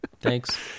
Thanks